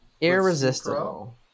Irresistible